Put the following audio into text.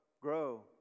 grow